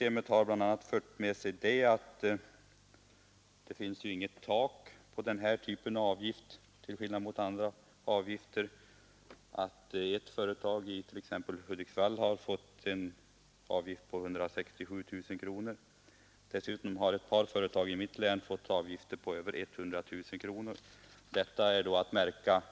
Eftersom det inte finns något tak på denna typ av avgifter — till skillnad från andra avgifter — har det medfört att t.ex. ett företag i Hudiksvall har fått en straffavgift på 167 000 kronor. Ett par företag i mitt hemlän har fått avgifter på över 100 000 kronor. Det är då att märka